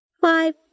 five